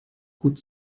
gut